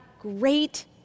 great